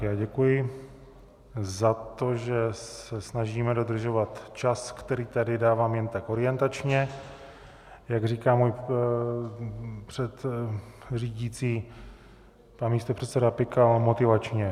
Já děkuji za to, že se snažíme dodržovat čas, který dávám jen tak orientačně, jak říká můj předřídící pan místopředseda Pikal, motivačně.